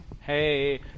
Hey